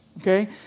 okay